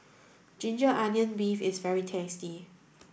ginger onions beef is very tasty